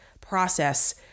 process